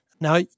Now